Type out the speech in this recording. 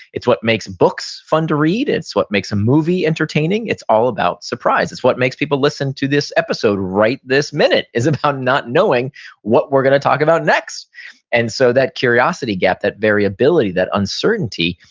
it's what makes books fun to read, it's what makes a movie entertaining, it's all about surprise. it's what makes people listen to this episode right this minute, is about not knowing what we're going to talk about next and so that curiosity gap, that variability, that uncertainty,